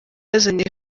yazanye